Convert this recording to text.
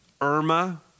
Irma